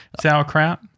Sauerkraut